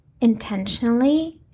intentionally